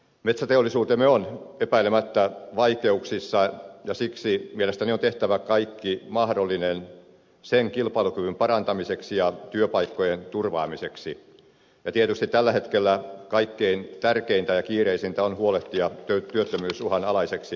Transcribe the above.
metsäteollisuutemme on epäilemättä vaikeuksissa ja siksi mielestäni on tehtävä kaikki mahdollinen sen kilpailukyvyn parantamiseksi ja työpaikkojen turvaamiseksi ja tietysti tällä hetkellä kaikkein tärkeintä ja kiireisintä on huolehtia työttömyysuhan alaisiksi joutuneista